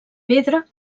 pedra